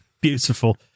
Beautiful